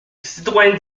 citoyens